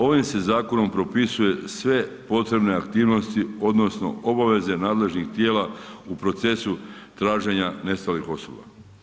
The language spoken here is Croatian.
Ovim se zakonom propisuju sve potrebne aktivnosti odnosno obaveze nadležnih tijela u procesu traženja nestalih osoba.